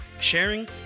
sharing